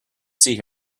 see